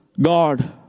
God